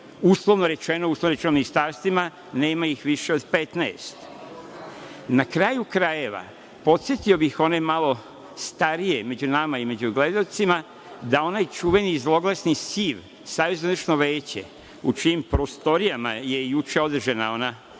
svojim uslovno rečeno ministarstvima nema ih više od 15.Na kraju krajeva, podsetio bih one malo starije među nama i među gledaocima, da onaj čuveni i zloglasni SIV, Savezno izvršno veće u čijim prostorijama je juče održana inauguracija